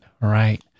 right